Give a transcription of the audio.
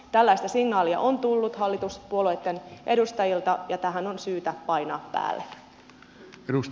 tällaista signaalia on tullut hallituspuolueitten edustajilta ja tähän on syytä painaa päälle